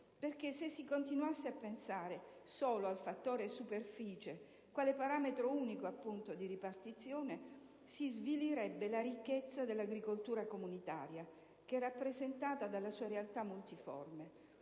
se si continuasse a pensare al fattore superficie quale parametro unico di ripartizione, si svilirebbe la ricchezza dell'agricoltura comunitaria, che è rappresentata dalla sua realtà multiforme.